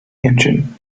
engine